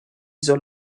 soll